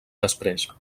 després